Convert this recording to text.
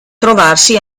trovarsi